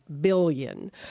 billion